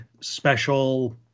special